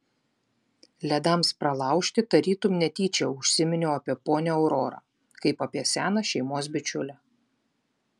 ledams pralaužti tarytum netyčia užsiminiau apie ponią aurorą kaip apie seną šeimos bičiulę